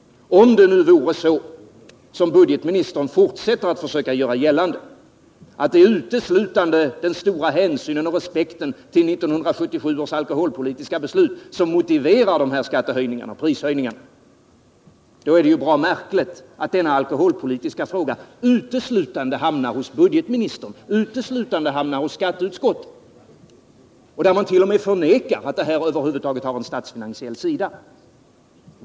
Om det, vilket budgetministern fortsätter att försöka göra gällande, uteslutande är den stora hänsynen till och respekten för 1977 års alkoholpolitiska beslut som motiverar dessa skatteoch prishöjningar, är det bra märkligt att denna alkoholpolitiska fråga endast har handlagts av budgetministern och skatteutskottet, där man t.o.m. förnekar att frågan över huvud taget har en statsfinansiell sida.